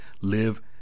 live